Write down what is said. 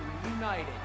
reunited